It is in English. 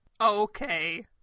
okay